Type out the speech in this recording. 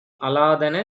அலாதன